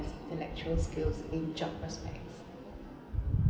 as intellectual skills in job prospects